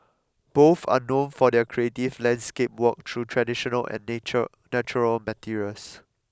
both are known for their creative landscape work through traditional and nature natural materials